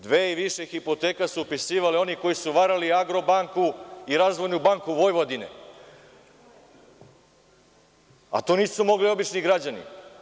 Dve i više hipoteka su upisivali oni koji su varali „Agrobanku“ i „Razvojnu banku Vojvodine“, a to nisu mogli obični građani.